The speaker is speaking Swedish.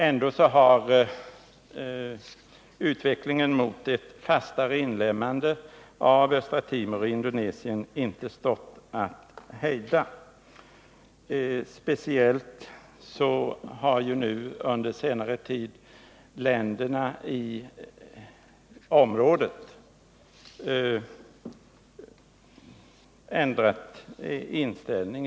Ändå har utvecklingen mot ett fastare inlemmande av Östra Timor i Indonesien inte stått att hejda. Speciellt har under senare tid länderna i området ändrat inställning.